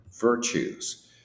virtues